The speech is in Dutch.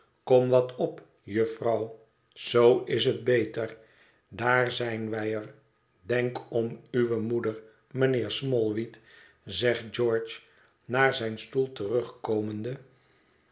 kom wat op jufvrouw zoo is het beter daar zijn wij er denk om uwe moeder mijnheer smallweed zegt george naar zijn stoel terugkomende